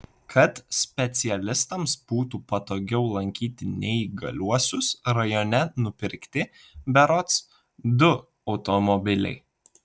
kad specialistams būtų patogiau lankyti neįgaliuosius rajone nupirkti berods du automobiliai